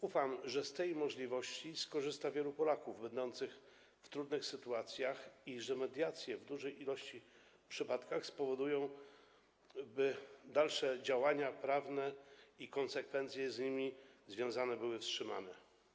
Ufam, że z tej możliwości skorzysta wielu Polaków będących w trudnych sytuacjach i że mediacje w dużej liczbie przypadków spowodują, że dalsze działania prawne i konsekwencje z nimi związane będą wstrzymane.